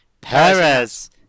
Perez